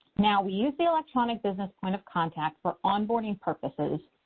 now we use the electronic business point of contact for onboarding purposes